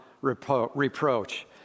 reproach